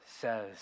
says